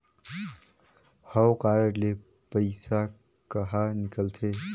हव कारड ले पइसा कहा निकलथे?